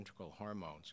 hormones